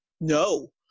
no